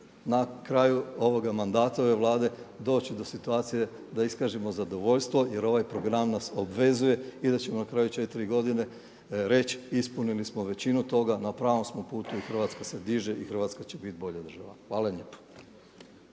na kraju ovog mandata ove Vlade doći do situacije da iskažemo zadovoljstvo jer ovaj program nas obvezuje i da ćemo na kraju 4 godine reći ispunili smo većinu toga, na pravom smo putu, Hrvatska se diže i Hrvatska će biti bolja država. Hvala lijepa.